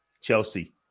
Chelsea